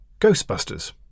Ghostbusters